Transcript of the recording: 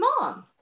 mom